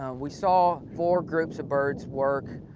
ah we saw four groups of birds work.